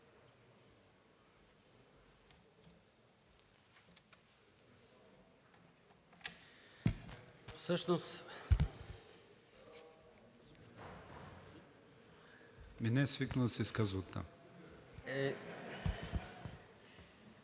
не е свикнал да се изказва оттам!